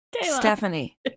Stephanie